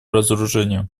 разоружению